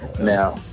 Now